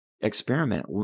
Experiment